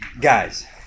Guys